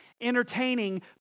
Entertaining